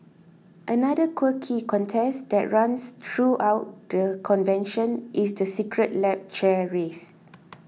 another quirky contest that runs throughout the convention is the Secret Lab chair race